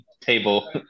table